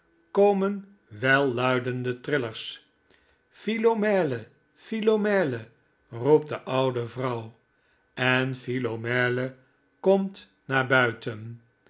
komen welluidende trillers philomele philomele roept de oude vrouw en philomele komt naar buiten